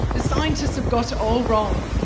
the scientists have got it all wrong.